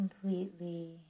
completely